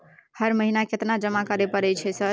हर महीना केतना जमा करे परय छै सर?